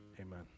Amen